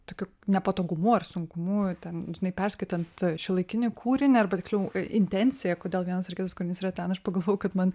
tokiu nepatogumu ar sunkumu ten žinai perskaitant šiuolaikinį kūrinį arba tiksliau intenciją kodėl vienas ar kitas kūrinys yra ten aš pagalvojau kad man